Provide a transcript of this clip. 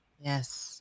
Yes